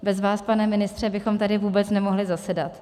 Bez vás, pane ministře, bychom tady vůbec nemohli zasedat.